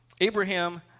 Abraham